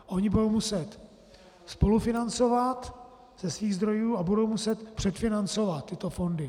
Ony budou muset spolufinancovat ze svých zdrojů a budou muset předfinancovat tyto fondy.